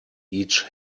each